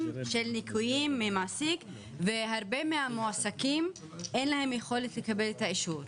של ניכויים ממעסיק והרבה מהמועסקים אין להם יכולת לקבל את האישור.